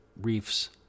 Reef's